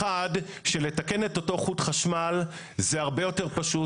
אחת, שלתקן את אותו חוט חשמל זה הרבה יותר פשוט.